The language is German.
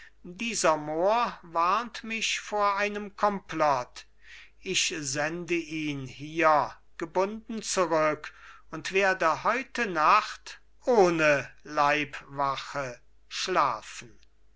dieser mohr warnt mich vor einem komplott ich sende ihn hier gebunden zurück und werde heute nacht ohne leibwache schlafen